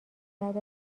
بعد